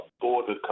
border